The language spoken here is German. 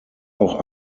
auch